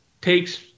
takes